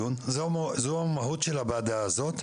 זו המהות של הדיון, זו המהות של הוועדה הזאת.